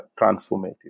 transformative